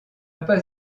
pas